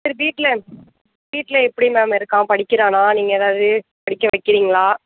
சரி வீட்டில் வீட்டில் எப்படி மேம் இருக்கான் படிக்கிறானா நீங்கள் ஏதாவது படிக்க வைக்கிறீங்களா